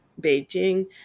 Beijing